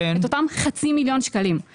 את אותם חצי מיליון שקלים.